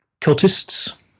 cultists